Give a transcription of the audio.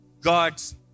God's